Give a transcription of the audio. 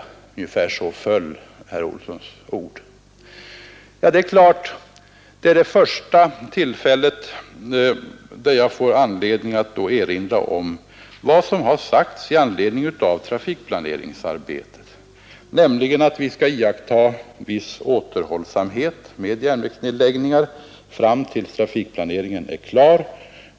Ungefär så föll herr Olssons ord. Det ger mig ett första tillfälle att erinra om vad som har sagts i samband med trafikplaneringsarbetet, nämligen att vi skall iaktta viss återhållsamhet med järnvägsnedläggningar fram till dess att trafikplaneringen är klar.